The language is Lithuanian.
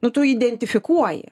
nu tu identifikuoji